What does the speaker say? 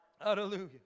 hallelujah